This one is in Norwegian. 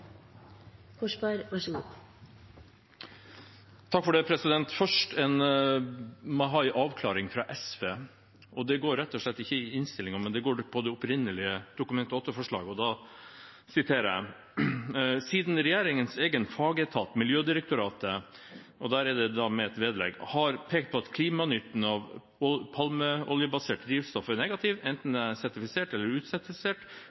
Først må jeg ha en avklaring fra SV. Det går ikke på innstillingen, men rett og slett på det opprinnelige Dokument 8-forslaget. Der står det: «Siden regjeringens egen fagetat, Miljødirektoratet2» – og her vises det til et vedlegg – «har pekt på at klimanytten av palmeoljebasert biodrivstoff er negativ, enten